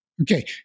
Okay